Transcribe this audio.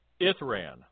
Ithran